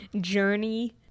journey